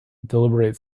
deliberate